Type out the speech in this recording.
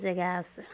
জেগা আছে